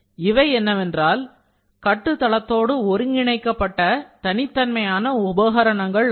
இவை என்னவென்றால் கட்டு தளத்தோடு ஒருங்கிணைக்கப்பட்ட தனித்தன்மையான உபகரணங்கள் ஆகும்